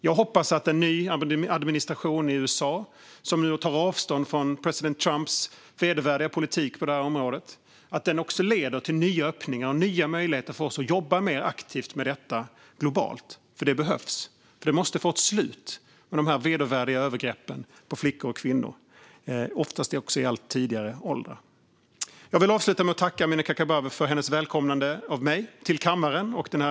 Jag hoppas att den nya administrationen i USA, som tar avstånd från president Trumps vedervärdiga politik på detta område, öppnar för nya möjligheter att jobba mer aktivt med detta globalt, för det behövs. Dessa vedervärdiga övergrepp på flickor och kvinnor, ofta i allt tidigare ålder, måste få ett slut. Jag avslutar med att tacka Amineh Kakabaveh för hennes välkomnande av mig till kammaren.